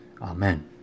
Amen